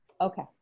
Okay